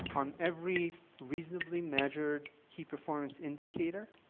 on every reasonably measured key performance indicator,